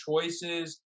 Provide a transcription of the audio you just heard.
choices